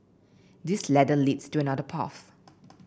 this ladder leads to another path